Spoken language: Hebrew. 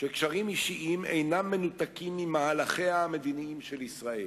שקשרים אישיים אינם מנותקים ממהלכיה המדיניים של ישראל.